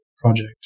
project